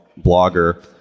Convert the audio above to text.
blogger